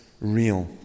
real